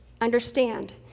understand